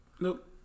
Nope